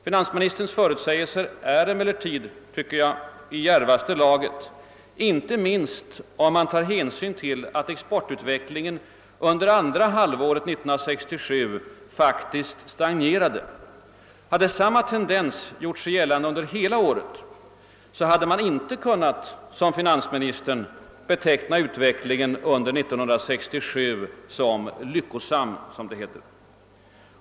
Finansministerns förutsägelser är emellertid i djärvaste laget, inte minst om man tar hänsyn till att exportutvecklingen under andra halvåret 1967 faktiskt stagnerade. Hade samma tendens gjort sig gällande under hela året hade man inte kunnat — som finansministern — beteckna utvecklingen under 1967 som »lyckosam».